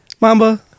Mamba